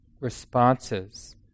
responses